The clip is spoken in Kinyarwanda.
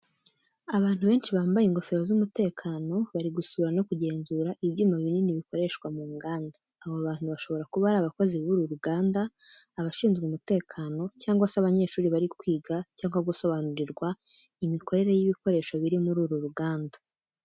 Abantu benshi bambaye ingofero z’umutekano bari gusura no kugenzura ibyuma binini bikoreshwa mu nganda. Abo bantu bashobora kuba abakozi b'uru ruganda, abashinzwe umutekano, cyangwa se abanyeshuri bari kwiga cyangwa gusobanurirwa imikorere y’ibikoresho biri muri uru ruganda.